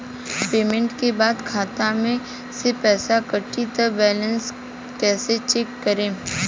Payment के बाद खाता मे से पैसा कटी त बैलेंस कैसे चेक करेम?